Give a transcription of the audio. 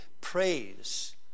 praise